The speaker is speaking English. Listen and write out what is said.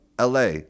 LA